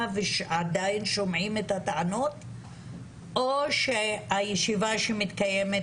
ועדיין שומעים את הטענות או שהישיבה שמתקיימת,